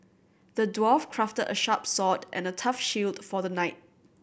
the dwarf crafted a sharp sword and a tough shield for the knight